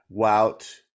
Wout